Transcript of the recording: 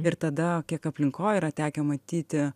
ir tada kiek aplinkoj yra tekę matyti